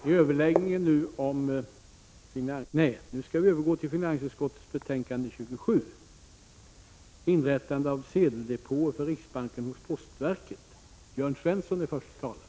Kammaren övergår nu till att debattera finansutskottets betänkande 27 om inrättande av sedeldepåer för riksbanken hos postverket.